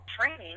training